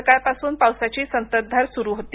सकाळपासून पावसाची संततधार सुरू होती